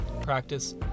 practice